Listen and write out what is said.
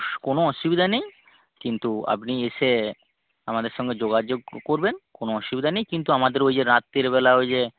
কোনো অসুবিধা নেই কিন্তু আপনি এসে আমাদের সঙ্গে যোগাযোগ করবেন কোনো অসুবিধা নেই কিন্তু আমাদের ঐ যে রাত্তিরবেলা ঐ যে